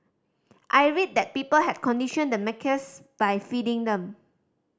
I read that people had conditioned the macaques by feeding them